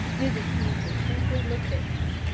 mrs. peaslee simply looked at him.